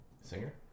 Singer